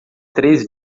três